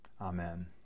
Amen